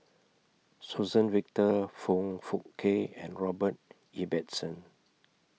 Suzann Victor Foong Fook Kay and Robert Ibbetson